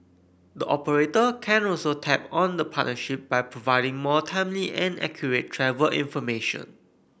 the operator can also tap on the partnership by providing more timely and accurate travel information